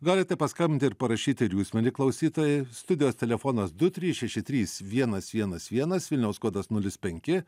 galite paskambti ir parašyti ir jūs mieli klausytojai studijos telefonas du trys šeši trys vienas vienas vienas vilniaus kodas nulis penki